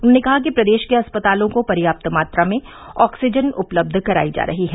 उन्होंने कहा कि प्रदेश के अस्पतालों को पर्याप्त मात्रा में ऑक्सीजन उपलब्ध करायी जा रही है